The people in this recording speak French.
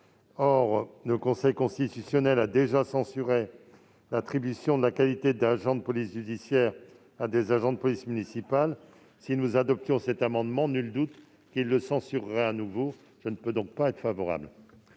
Or le Conseil constitutionnel a déjà censuré l'attribution de la qualité d'agent de police judiciaire à des agents de police municipale. Si nous adoptions cet amendement, nul doute qu'il le censurerait à nouveau. Je ne peux donc pas y être favorable.